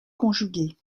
conjuguées